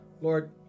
Lord